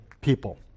people